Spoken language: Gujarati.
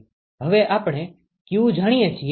હવે આપણે q જાણીએ છીએ